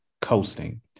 coasting